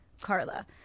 carla